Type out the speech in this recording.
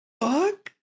fuck